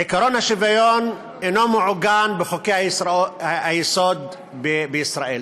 עקרון השוויון אינו מעוגן בחוקי-היסוד בישראל.